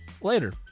later